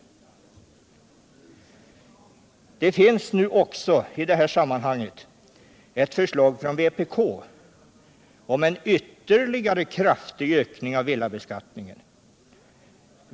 Det finns i detta sammanhang ett förslag från vpk om en ytterligare kraftig ökning av villabeskattningen.